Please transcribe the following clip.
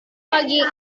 pagi